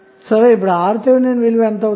కాబట్టి R Th విలువ యెంత అవుతుంది